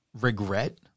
regret